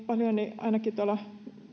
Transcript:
paljon ainakin tuolla